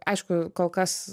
aišku kol kas